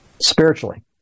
Spiritually